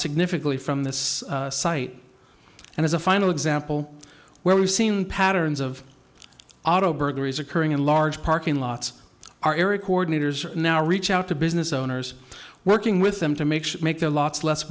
significantly from this site and as a final example where we've seen patterns of auto burglaries occurring in large parking lots are eric coordinators now reach out to business owners working with them to make should make their lots less